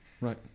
right